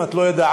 אם את לא יודעת,